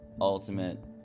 ultimate